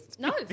No